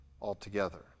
altogether